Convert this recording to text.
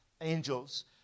angels